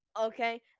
Okay